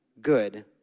good